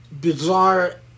bizarre